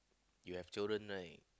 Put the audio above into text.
you have children right